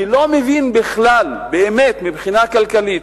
אני לא מבין בכלל, באמת, מבחינה כלכלית,